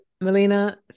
Melina